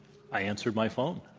i answered my phone.